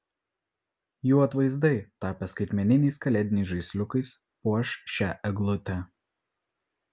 jų atvaizdai tapę skaitmeniniais kalėdiniais žaisliukais puoš šią eglutę